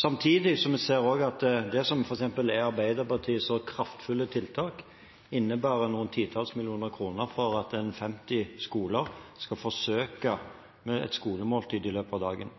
Samtidig ser vi også at det som f.eks. er Arbeiderpartiets så kraftfulle tiltak, innebærer noen titalls millioner kroner for at en femti skoler skal forsøke med et skolemåltid i løpet av dagen.